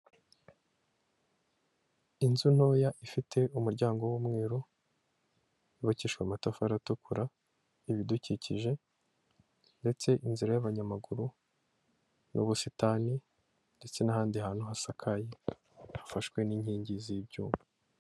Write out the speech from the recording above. Inzu ntoya ifite umuryango w'umweru yubakishwa amatafari atukura ibidukikije, ndetse inzira y'abanyamaguru n'ubusitani ndetse n'ahandi hantu hasakaye hafashwe n'inkingi z'ibyuma.